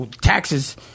taxes